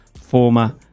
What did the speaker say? former